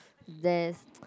there's